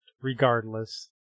regardless